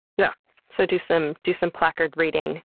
yeah so, do some do some placard reading.